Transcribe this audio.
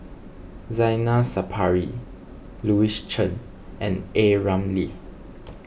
Zainal Sapari Louis Chen and A Ramli